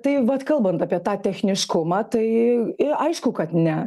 tai vat kalbant apie tą techniškumą tai aišku kad ne